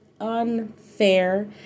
unfair